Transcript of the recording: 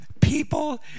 people